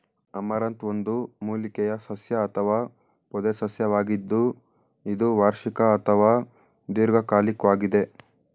amaranth ಒಂದು ಮೂಲಿಕೆಯ ಸಸ್ಯ ಅಥವಾ ಪೊದೆಸಸ್ಯವಾಗಿದ್ದು ಇದು ವಾರ್ಷಿಕ ಅಥವಾ ದೀರ್ಘಕಾಲಿಕ್ವಾಗಿದೆ